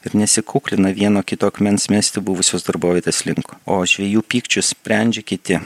ir nesikuklina vieno kito akmens mesti buvusios darbovietės link o žvejų pykčius sprendžia kiti